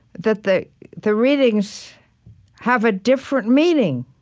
that the the readings have a different meaning